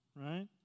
right